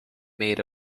made